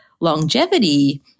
longevity